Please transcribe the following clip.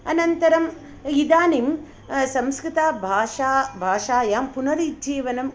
अनन्तरम् इदानीं संस्कृताभाषा भाषायां पुनरुज्जीवनं